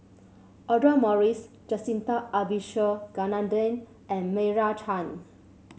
Audra Morrice Jacintha Abisheganaden and Meira Chand